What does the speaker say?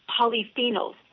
polyphenols